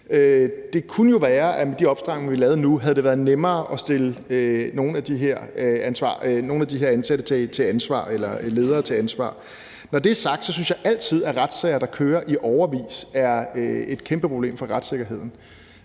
Det kunne jo være, at med de opstramninger, vi laver nu, havde det været nemmere at stille nogle af de her ansatte eller ledere til ansvar. Når det er sagt, synes jeg, at retssager, der kører i årevis, altid er et kæmpe problem for retssikkerheden.